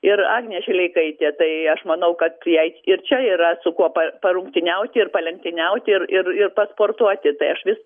ir agnė žileikaitė tai aš manau kad jai ir čia yra su kuo pa parungtyniauti ir palenktyniauti ir ir ir pasportuoti tai aš vis